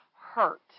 hurt